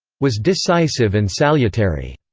was decisive and salutary.